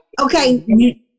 okay